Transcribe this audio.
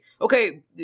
okay